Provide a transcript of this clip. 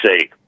say